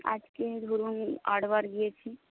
আজকে ধরুন আটবার গিয়েছি